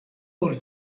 por